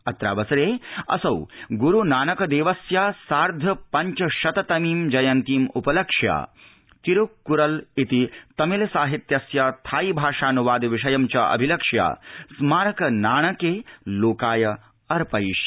अत्रावसरे असौ गुरु नानक देवस्य सार्ध पञ्चशततर्मी जयन्तीम् उपलक्ष्य तिरुक्क्रलेति तमिल साहित्यस्य थाई भाषान्वाद विषयं च अभिलक्ष्य स्मारक नाणके लोकाय अर्पयिष्यति